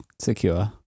secure